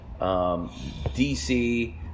DC